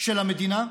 של המדינה,